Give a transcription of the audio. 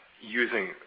using –